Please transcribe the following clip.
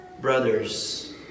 brothers